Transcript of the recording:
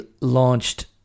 launched